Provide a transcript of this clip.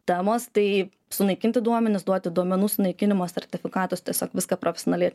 temos tai sunaikinti duomenis duoti duomenų sunaikinimo sertifikatus tiesiog viską profesionaliai